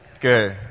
Good